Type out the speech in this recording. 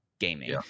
gaming